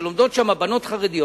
שלומדות שם בנות חרדיות,